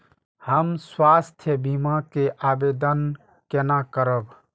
हम स्वास्थ्य बीमा के आवेदन केना करब?